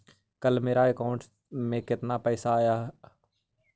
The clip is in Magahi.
कल मेरा अकाउंटस में कितना पैसा आया ऊ?